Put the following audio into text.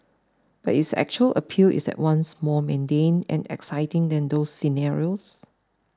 but its actual appeal is at once more mundane and exciting than those scenarios